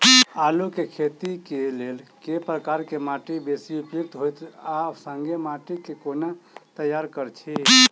आलु केँ खेती केँ लेल केँ प्रकार केँ माटि बेसी उपयुक्त होइत आ संगे माटि केँ कोना तैयार करऽ छी?